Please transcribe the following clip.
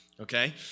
Okay